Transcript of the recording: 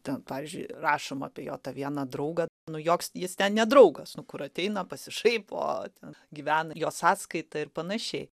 ten pavyzdžiui rašoma apie jo tą vieną draugą nu joks jis ten ne draugas nu kur ateina pasišaipo ten gyvena jo sąskaita ir panašiai